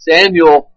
Samuel